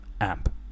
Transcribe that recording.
amp